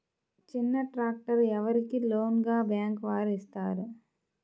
చిన్న ట్రాక్టర్ ఎవరికి లోన్గా బ్యాంక్ వారు ఇస్తారు?